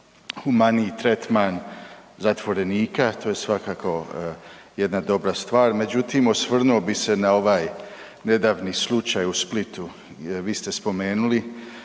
humaniji tretman zatvorenika, to je svakako jedna dobra stvar. Međutim, osvrnuo bi se na ovaj nedavni slučaj u Splitu jer vi ste spomenuli